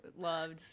loved